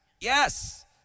yes